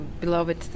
beloved